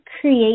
create